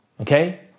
okay